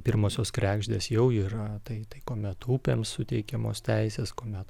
pirmosios kregždės jau yra tai tai kuomet upėms suteikiamos teisės kuomet